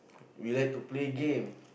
we like to play game